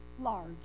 large